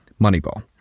Moneyball